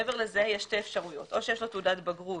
מעבר לזה, יש שתי אפשרויות, או שיש לו תעודת בגרות